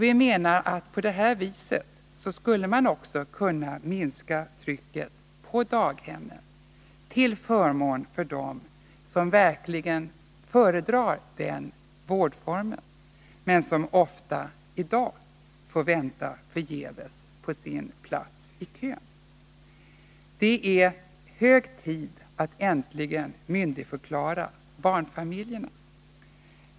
Vi menar att man på det sättet också skulle kunna minska trycket på daghemmen, till förmån för dem som verkligen föredrar den vårdformen men som i dag oftast får vänta förgäves på sin plats. Det är hög tid att äntligen myndigförklara barnfamiljerna.